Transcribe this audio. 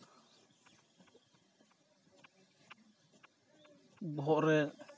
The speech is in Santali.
ᱵᱚᱦᱚᱜ ᱨᱮ